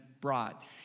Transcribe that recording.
brought